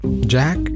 Jack